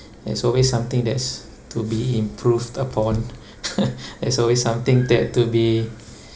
there's always something that's to be improved upon there's always something that to be